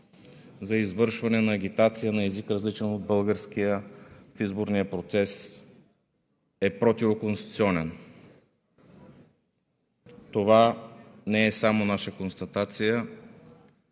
за извършване на агитация на език, различен от българския в изборния процес, е противоконституционен. Това не е само наша констатация,